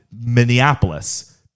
Minneapolis